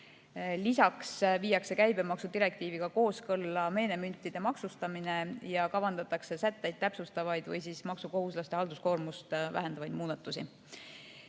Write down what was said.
Lisaks viiakse käibemaksudirektiiviga kooskõlla meenemüntide maksustamine ja kavandatakse sätteid täpsustavaid või maksukohuslaste halduskoormust vähendavaid muudatusi.